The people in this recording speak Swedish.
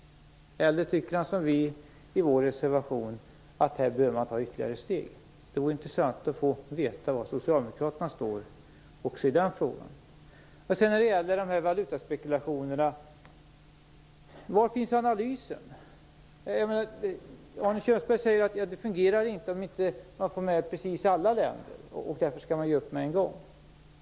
Eller tycker han som vi i vår reservation - att här behöver man ta ytterligare steg? Det vore intressant att få veta var Socialdemokraterna står också i denna fråga. Var finns analysen av valutaspekulationerna? Arne Kjörnsberg säger att detta inte fungerar om man inte får med precis alla länder, och att man därför skall ge upp på en gång.